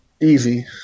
Easy